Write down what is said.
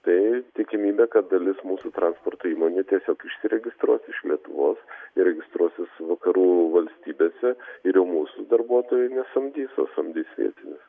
tai tikimybė kad dalis mūsų transporto įmonių tiesiog išsiregistruos iš lietuvos ir registruosis vakarų valstybėse ir jau mūsų darbuotojų nesamdys o samdys vietinius